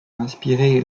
inspiré